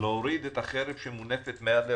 - להוריד את החרב שמונפת מעל ראשם.